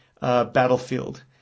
battlefield